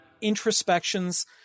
introspections